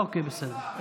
אוקיי, בסדר.